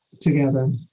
together